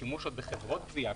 השימוש בחברות גבייה,